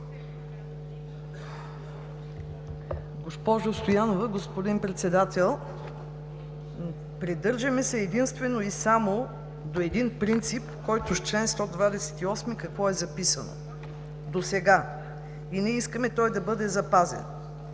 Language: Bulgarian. Госпожо Стоянова, господин Председател! Придържаме се единствено и само до един принцип, който с чл. 128 какво е записано досега и ние искаме той да бъде запазен: